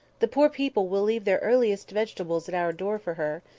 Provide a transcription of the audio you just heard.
the poor people will leave their earliest vegetables at our door for her.